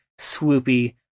swoopy